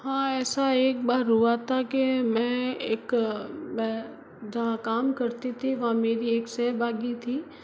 हाँ ऐसा एक बार हुआ था के मैं एक मै जहाँ काम करती थी वहाँ मेरी एक सहभागी थी